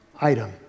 item